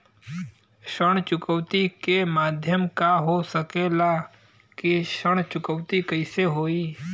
ऋण चुकौती के माध्यम का हो सकेला कि ऋण चुकौती कईसे होई?